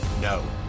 No